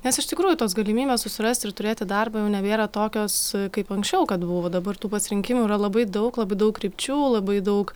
nes iš tikrųjų tos galimybės susirasti ir turėti darbą jau nebėra tokios kaip anksčiau kad buvo dabar tų pasirinkimų yra labai daug labai daug krypčių labai daug